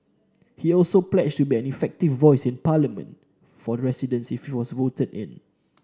he also pledged to be an effective voice in Parliament for the residents if he was voted in